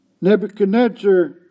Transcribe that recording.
Nebuchadnezzar